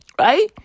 right